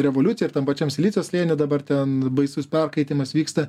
revoliucija ir tam pačiam silicio slėny dabar ten baisus perkaitimas vyksta